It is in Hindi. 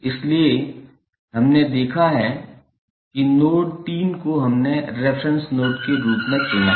इसलिए हमने देखा है कि नोड 3 को हमने रेफेरेंस नोड के रूप में चुना है